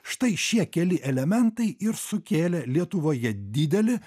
štai šie keli elementai ir sukėlė lietuvoje didelį